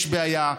יש בעיה,